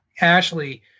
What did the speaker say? Ashley